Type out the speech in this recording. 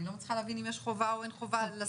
אני לא מצליחה להבין אם יש חובה או אין חובה לשים